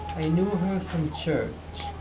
knew um her from church.